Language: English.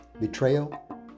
betrayal